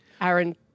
Aaron